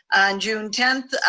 on june tenth,